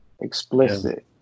explicit